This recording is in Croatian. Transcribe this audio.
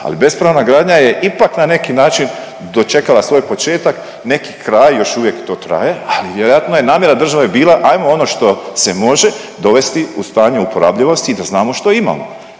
ali bespravna gradnja je ipak na neki način dočekala svoj početak, neki kraj, još uvijek to traje, ali vjerojatno je namjera države bila ajmo ono što se može dovesti u stanje uporabljivosti i da znamo što imamo,